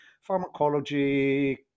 pharmacology